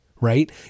right